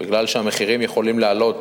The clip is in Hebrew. ומכיוון שהמחירים יכולים לעלות,